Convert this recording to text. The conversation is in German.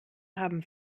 haben